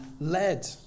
led